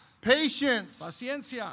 Patience